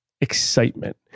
excitement